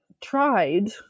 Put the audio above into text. tried